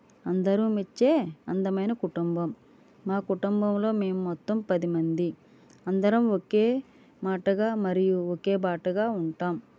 అందరు మెచ్చే అందమైన కుటుంబం మా కుటుంబములో మేము మొత్తం పది మంది అందరం ఒకే మాటగా మరియు ఒకే బాటగా ఉంటాం